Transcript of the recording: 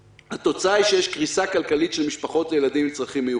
התוצאה היא שיש קריסה כלכלית של משפחות לילדים עם צרכים מיוחדים.